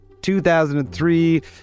2003